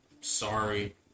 sorry